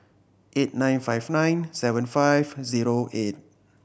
eight nine five nine seven five zero eight